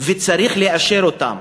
וצריך לאשר אותן.